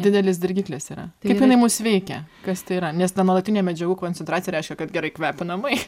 didelis dirgiklis yra kaip jinai mus veikia kas tai yra nes ta nuolatinė medžiagų koncentracija reiškia kad gerai kvepia namai